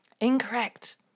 Incorrect